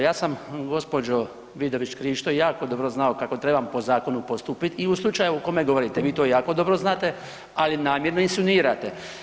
Ja sam gospođo Vidović Krišto jako dobro znao kako trebam po zakonu postupit i u slučaju o kome govorite, vi to jako dobro znate, ali namjerno insinuirate.